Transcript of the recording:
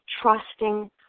trusting